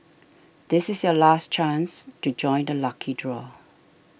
this is your last chance to join the lucky draw